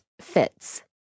fits